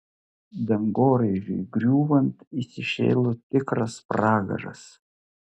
dangoraižiui griūvant įsišėlo tikras pragaras